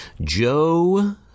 Joe